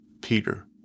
Peter